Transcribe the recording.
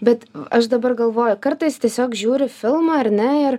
bet aš dabar galvoju kartais tiesiog žiūri filmą ar ne ir